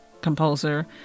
composer